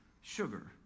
sugar